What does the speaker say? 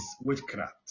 witchcraft